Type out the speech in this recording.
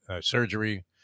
surgery